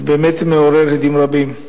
באמת מעורר הדים רבים.